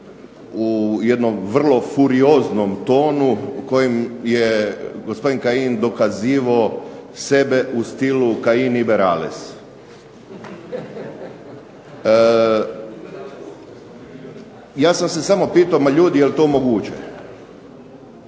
u jednom vrlo furioznom tonu u kojem je gospodin Kajin dokazivao sebe u stilu Kajin iber ales. Ja sam se samo pitao ma ljudi jel' to moguće,